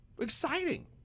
exciting